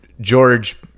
George